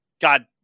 God